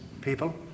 people